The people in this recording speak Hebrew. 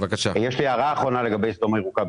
הערה אחרונה לגבי סדום הירוקה.